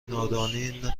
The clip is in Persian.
نادانی